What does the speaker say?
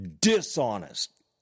dishonest